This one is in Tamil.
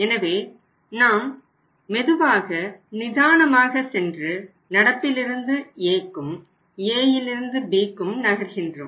எனவே நாம் மெதுவாக நிதானமாக சென்று நடப்பில் இருந்து Aக்கும் Aயிலிருந்து Bக்கும் நகர்கின்றோம்